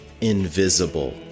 invisible